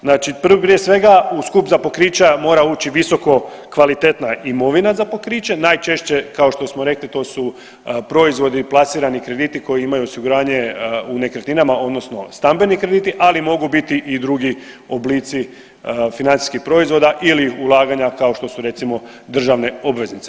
Znači prije svega u skup za pokrića mora ući visoko kvalitetna imovina za pokriće, najčešće kao što smo rekli to su proizvodi i plasirani krediti koji imaju osiguranje u nekretninama odnosno stambeni krediti, ali mogu biti i drugi oblici financijskih proizvoda ili ulaganja kao što su recimo državne obveznice.